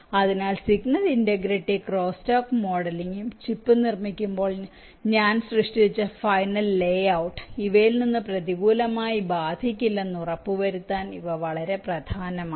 അതിനാൽ signal integrity crosstalk മോഡലിംഗും chip നിർമ്മിക്കുമ്പോൾ ഞാൻ സൃഷ്ടിച്ച ഫൈനൽ ലേഔട്ട് ഇവയിൽ നിന്ന് പ്രതികൂലമായി ബാധിക്കില്ലെന്ന് ഉറപ്പുവരുത്താൻ ഇവ വളരെ പ്രധാനമാണ്